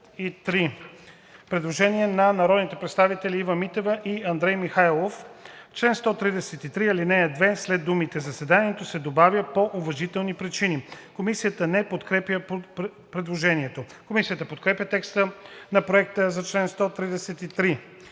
предложение на народните представители Ива Митева и Андрей Михайлов: „В чл. 133, ал. 2 след думата „заседанието“ се добавя „по уважителни причини.“ Комисията не подкрепя предложението. Комисията подкрепя текста на Проекта за чл. 133.